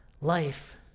Life